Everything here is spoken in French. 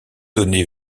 donné